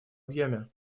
объеме